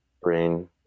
brain